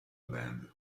band